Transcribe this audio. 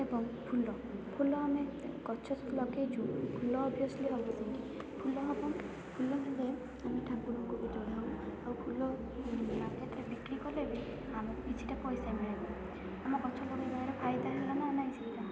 ଏବଂ ଫୁଲ ଫୁଲ ଆମେ ଗଛରେ ଲଗେଇଛୁ ଫୁଲ ଓଭିଅସ୍ଲି ହବ ଫୁଲ ହବ ଫୁଲ ହେଲେ ଆମେ ଠାକୁରଙ୍କୁ ପୂଜା କରିବୁ ଆଉ ଫୁଲ ମାର୍କେଟରେ ବିକ୍ରି କଲେ ବି ଆମକୁ କିଛିଟା ପଇସା ମିଳିବ ଆମ ଗଛ ଲଗେଇବାର ଫାଇଦା ହେଲା ନା ନାହିଁ ସେଇଟା